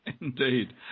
Indeed